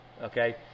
okay